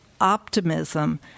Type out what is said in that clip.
Optimism